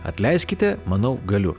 atleiskite manau galiu